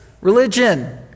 religion